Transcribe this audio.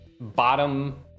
bottom